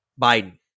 Biden